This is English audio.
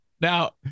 Now